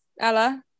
Ella